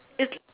it